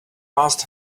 passed